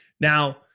Now